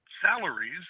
salaries